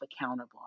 accountable